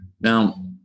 Now